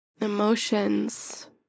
emotions